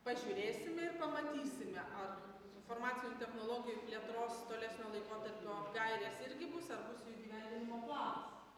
pažiūrėsime ir pamatysime ar informacinių technologijų plėtros tolesnio laikotarpio gairės irgi bus ar bus jųįgyvendinimo planas